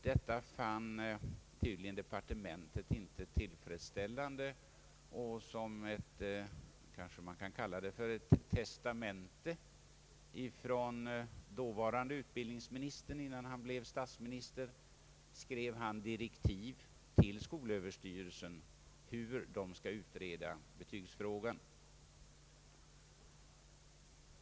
Detta fann tydligen departementet inte tillräckligt, och som ett kanske man kan kalla det testamente ifrån dåvarande utbildningsministern innan han blev statsminister kom direktiv till skolöverstyrelsen hur betygsfrågan skulle utredas.